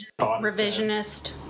revisionist